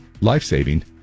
life-saving